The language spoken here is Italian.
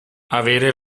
avere